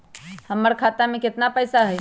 हमर खाता में केतना पैसा हई?